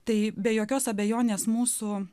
tai be jokios abejonės mūsų